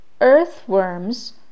Earthworms